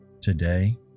today